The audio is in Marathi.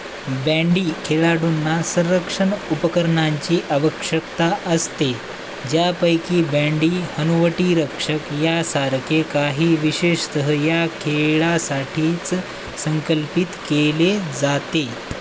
बँडी खेळाडूंना संरक्षण उपकरणांची आवश्यकता असते ज्यापैकी बँडी हनुवटीरक्षक यासारखे काही विशेषतः या खेळासाठीच संकल्पित केले जाते